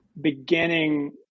beginning